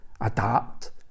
adapt